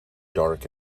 dark